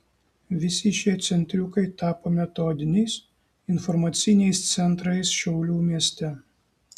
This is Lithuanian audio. visi šie centriukai tapo metodiniais informaciniais centrais šiaulių mieste